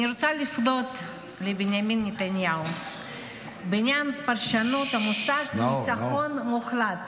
אני רוצה לפנות לבנימין נתניהו בעניין פרשנות המושג "ניצחון מוחלט".